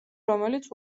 რომელიც